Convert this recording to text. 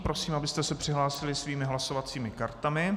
Prosím, abyste se přihlásili svými hlasovacími kartami.